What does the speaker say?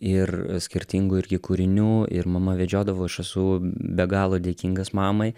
ir skirtingų irgi kūrinių ir mama vedžiodavo aš esu be galo dėkingas mamai